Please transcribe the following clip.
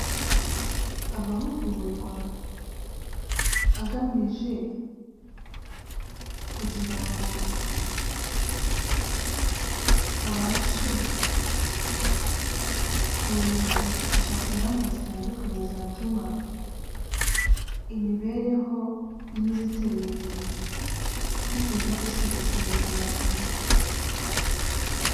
Amahugurwa agamije kugira ngo abashe kumenyekanisha ingamba zitandukanye zatuma imibereho myiza itera imbere bitewe no gusigasira ubuzima bwiza.